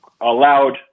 allowed